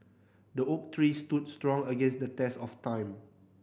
the oak tree stood strong against the test of time